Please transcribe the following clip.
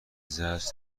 زجر